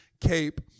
cape